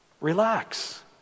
Relax